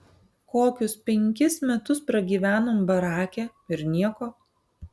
kokius penkis metus pragyvenom barake ir nieko